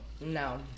no